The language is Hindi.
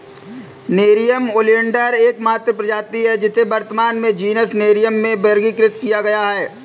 नेरियम ओलियंडर एकमात्र प्रजाति है जिसे वर्तमान में जीनस नेरियम में वर्गीकृत किया गया है